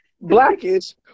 Blackish